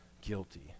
guilty